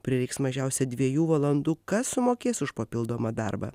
prireiks mažiausiai dviejų valandų kas sumokės už papildomą darbą